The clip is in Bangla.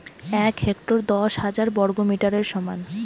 এক হেক্টর দশ হাজার বর্গমিটারের সমান